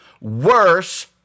Worse